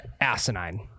asinine